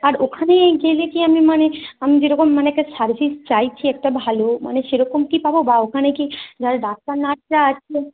আর ওখানে গেলে কি আমি মানে আমি যেরকম মানে একটা সার্ভিস চাইছি একটা ভালো মানে সেরকম কি পাব বা ওখানে কি যারা ডাক্তার নার্সরা আছে